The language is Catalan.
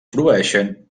proveeixen